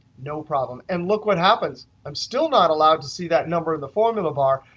no problem. and look what happens? i'm still not allowed to see that number of the formula bar,